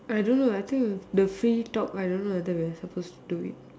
I don't know I think the free talk I don't know whether we're supposed to it